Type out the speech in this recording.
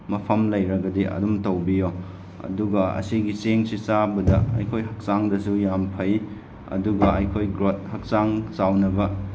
ꯃꯐꯝ ꯂꯩꯔꯕꯗꯤ ꯑꯗꯨꯝ ꯇꯧꯕꯤꯌꯣ ꯑꯗꯨꯒ ꯑꯁꯤꯒꯤ ꯆꯦꯡꯁꯤ ꯆꯥꯕꯗ ꯑꯩꯈꯣꯏ ꯍꯛꯆꯥꯡꯗꯁꯨ ꯌꯥꯝ ꯐꯩ ꯑꯗꯨꯒ ꯑꯩꯈꯣꯏ ꯒ꯭ꯔꯣꯠ ꯍꯛꯆꯥꯡ ꯆꯥꯎꯅꯕ